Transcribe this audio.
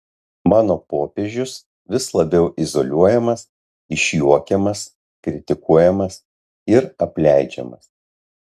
mano popiežius vis labiau izoliuojamas išjuokiamas kritikuojamas ir apleidžiamas